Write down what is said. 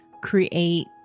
create